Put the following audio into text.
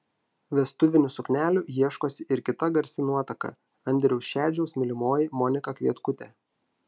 vestuvinių suknelių ieškosi ir kita garsi nuotaka andriaus šedžiaus mylimoji monika kvietkutė